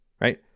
right